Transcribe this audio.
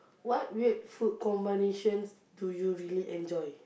what weird food combinations do you really enjoy